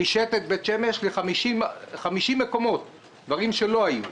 רישת את בית שמש ל-50 מקומות, דברים שלא היו.